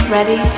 Ready